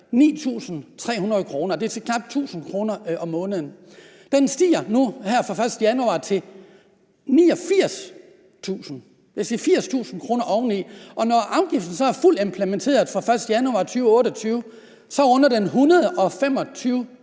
9.300 kr., altså knap 1.000 kr. om måneden. Den stiger nu her fra den 1. januar til 89.000 kr.; dvs. 80.000 kr. oveni. Og når afgiften så er fuldt implementeret fra den 1. januar 2028, runder den 125.000